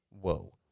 Whoa